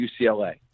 UCLA